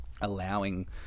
allowing